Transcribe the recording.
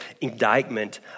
indictment